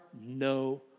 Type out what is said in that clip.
no